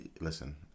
listen